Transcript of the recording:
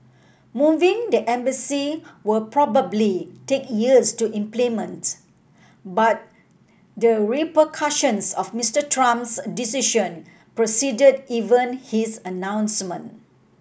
moving the embassy will probably take years to implement but the repercussions of Mister Trump's decision preceded even his announcement